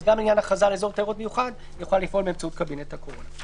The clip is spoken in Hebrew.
גם עניין הכרזה על אזור תיירות מיוחד יוכל לפעול באמצעות קבינט הקורונה.